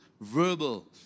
verbal